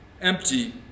empty